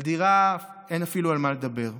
על דירה אין אפילו מה לדבר.